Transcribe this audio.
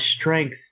strength